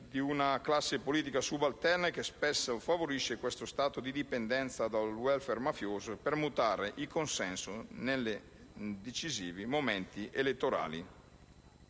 con una classe politica subalterna che spesso favorisce questo stato di dipendenza dal *welfare* mafioso per mutuare il consenso nei decisivi momenti elettorali.